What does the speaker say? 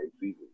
season